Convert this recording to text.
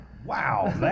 wow